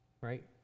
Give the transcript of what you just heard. right